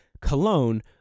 cologne